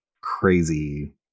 crazy